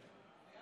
עשר דקות, אדוני.